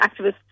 activists